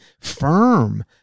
firm